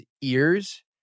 ears